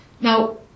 now